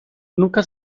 nunca